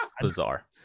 bizarre